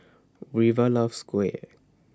River loves Kuih